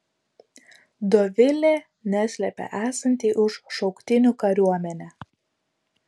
dovilė neslepia esanti už šauktinių kariuomenę